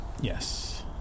Yes